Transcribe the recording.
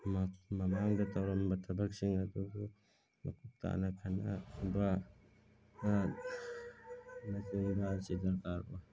ꯃꯃꯥꯡꯗ ꯇꯧꯔꯝꯕ ꯊꯕꯛꯁꯤꯡ ꯑꯗꯨꯕꯨ